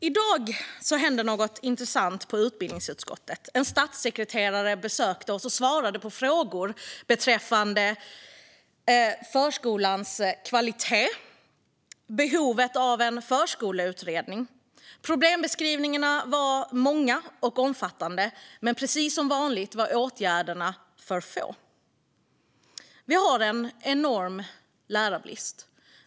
I dag hände något intressant på utbildningsutskottet. En statssekreterare besökte oss och svarade på frågor beträffande förskolans kvalitet och behovet av en förskoleutredning. Problembeskrivningarna var många och omfattande, men precis som vanligt var åtgärderna för få. Vi har en enorm lärarbrist.